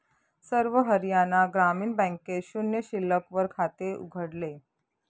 सर्व हरियाणा ग्रामीण बँकेत शून्य शिल्लक वर खाते उघडले